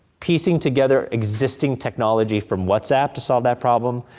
piecing together existing technology from whatsapp to solve that problem,